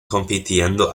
compitiendo